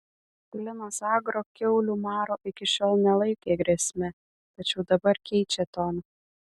linas agro kiaulių maro iki šiol nelaikė grėsme tačiau dabar keičia toną